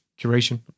curation